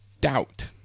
doubt